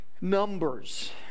numbers